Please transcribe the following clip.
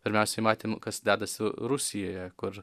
pirmiausiai matėm kas dedasi rusijoje kur